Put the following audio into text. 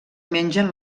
mengen